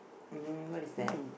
mm what is that